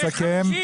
מקומי.